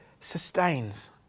sustains